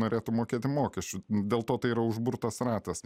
norėtų mokėti mokesčių dėl to tai yra užburtas ratas